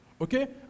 Okay